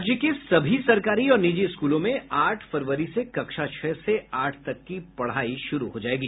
राज्य के सभी सरकारी और निजी स्कूलों में आठ फरवरी से कक्षा छह से आठ तक की पढ़ाई शुरू हो जायेगी